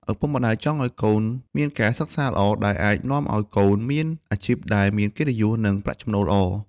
ឪពុកម្ដាយចង់ឲ្យកូនមានការសិក្សាល្អដែលអាចនាំឲ្យកូនមានអាជីពដែលមានកិត្តិយស និងប្រាក់ចំណូលល្អ។